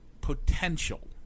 potential